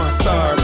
star